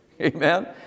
Amen